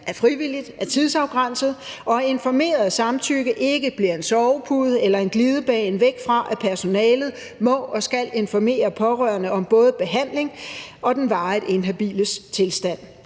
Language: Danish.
er frivilligt, er tidsafgrænset, og at informeret samtykke ikke bliver en sovepude eller en glidebane væk fra, at personalet må og skal informere pårørende om både behandling og den varigt inhabiles tilstand.